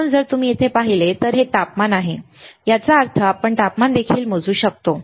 म्हणून जर तुम्ही येथे पाहिले तर हे तापमान आहे याचा अर्थ आपण तापमान देखील मोजू शकतो